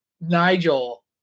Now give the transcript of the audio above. Nigel